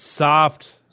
Soft